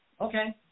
Okay